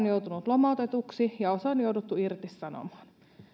joutunut lomautetuksi ja osa on jouduttu irtisanomaan